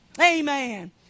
Amen